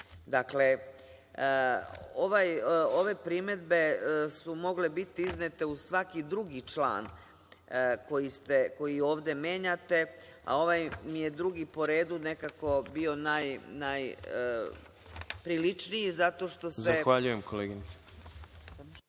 zakone. Dakle, ove primedbe su mogle biti iznete uz svaki drugi član koji ovde menjate, a ovaj mi je drugi po redu nekako bio najpriličniji. **Đorđe